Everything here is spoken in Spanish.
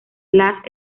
las